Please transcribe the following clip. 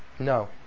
No